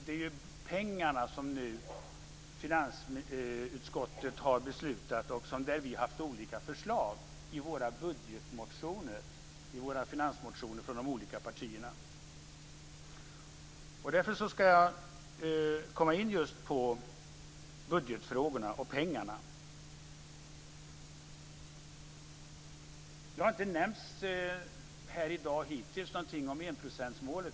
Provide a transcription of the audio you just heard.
Det gäller pengarna som finansutskottet har beslutat om och där de olika partierna har haft olika förslag i finansmotionerna. Därför ska jag komma in på budgetfrågorna och pengarna. Hittills i dag har enprocentsmålet inte nämnts.